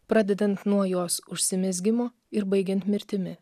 pradedant nuo jos užsimezgimo ir baigiant mirtimi